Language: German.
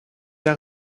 der